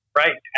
right